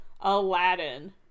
Aladdin